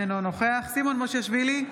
אינו נוכח סימון מושיאשוילי,